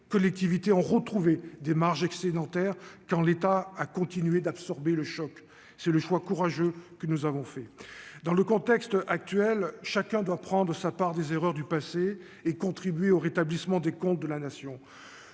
collectivités ont retrouvé des marges excédentaire, quand l'État a continué d'absorber le choc, c'est le choix courageux que nous avons fait dans le contexte actuel, chacun doit prendre sa part des erreurs du passé et contribuer au rétablissement des comptes de la nation,